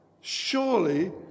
surely